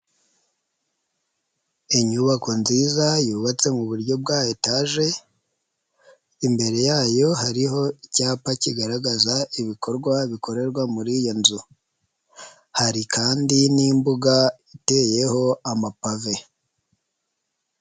Inyubako nziza yubatse mu buryo bwa etaje, imbere yayo hariho icyapa kigaragaza ibikorwa bikorerwa muri iyo nzu. Hari kandi n'imbuga iteyeho amapave.